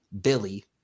Billy